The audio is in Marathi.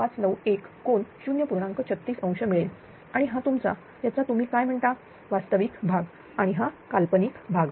36 ° मिळेल आणि हा तुमचा याचा तुम्ही काय म्हणता वास्तविक भाग आणि हा काल्पनिक भाग